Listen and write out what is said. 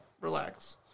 relax